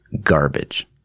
garbage